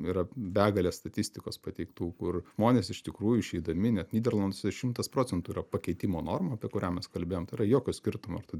yra begalės statistikos pateiktų kur žmonės iš tikrųjų išeidami net nyderlanduose šimtas procentų yra pakeitimo norma apie kurią mes kalbėjom tai yra jokio skirtumo ar tu